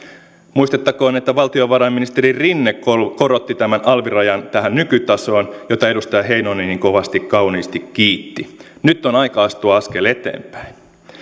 muistettakoon että valtiovarainministeri rinne korotti korotti tämän alvirajan tähän nykytasoon jota edustaja heinonenkin kovasti kauniisti kiitti nyt on aika astua askel eteenpäin